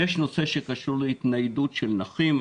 יש נושא שקשור להתניידות של נכים.